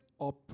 up